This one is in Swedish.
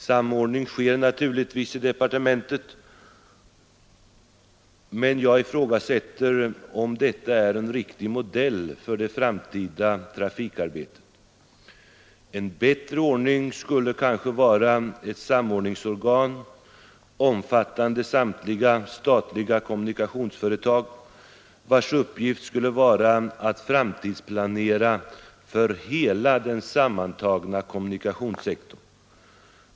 Samordning sker naturligtvis i departementet, men jag ifrågasätter om detta är en riktig modell för det framtida trafikarbetet. En bättre ordning skulle kanske vara ett samordningsorgan — omfattande samtliga statliga kommunikationsföretag — vars uppgift skulle vara att framtidsplanera för hela kommunikationssektorn.